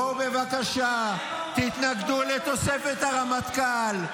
בואו, בבקשה, תתנגדו לתוספת הרמטכ"ל.